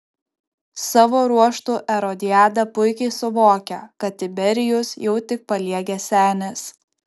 savo ruožtu erodiada puikiai suvokia kad tiberijus jau tik paliegęs senis